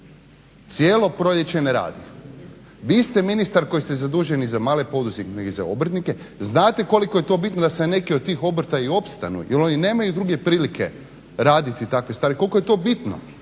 cijelo proljeće ne radi. Vi ste ministar koji ste zaduženi za male poduzetnike i za obrtnike, znate koliko je to bitno da neki od tih obrta i opstanu jer oni nemaju druge prilike raditi takve stvari, koliko je to bitno